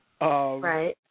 Right